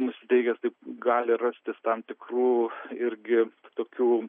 nusiteikęstai gali rastis tam tikrų irgi tokių